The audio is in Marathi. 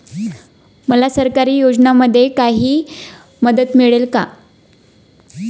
मला सरकारी योजनेमध्ये काही मदत मिळेल का?